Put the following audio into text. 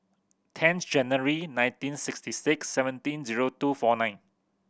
tenth January nineteen sixty six seventeen zero two four nine